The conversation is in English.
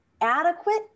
adequate